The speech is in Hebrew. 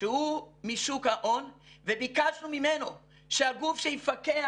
שהוא משוק ההון וביקשנו ממנו שהגוף שיפקח